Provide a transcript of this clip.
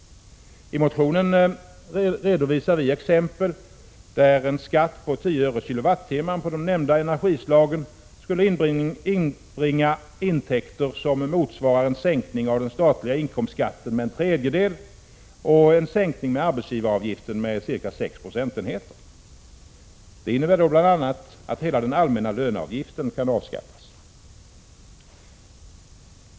I motionen redovisar vi ett exempel där en skatt på 10 öre/kWh på de nämnda energislagen skulle inbringa intäkter som motsvarar en sänkning av den statliga inkomstskatten med en tredjedel och en sänkning av arbetsgivaravgiften med ca sex procentenheter. Det innebär bl.a. att hela den allmänna löneavgiften kan avskaffas.